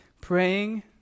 praying